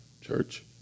church